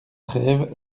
treyve